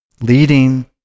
leading